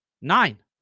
Nine